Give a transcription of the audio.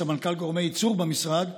סמנכ"ל גורמי ייצור במשרד,